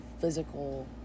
physical